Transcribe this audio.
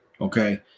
Okay